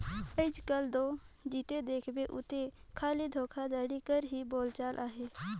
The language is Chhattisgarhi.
आएज काएल दो जिते देखबे उते खाली धोखाघड़ी कर ही बोलबाला अहे